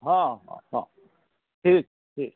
हँ हँ हँ ठीक छै ठीक छै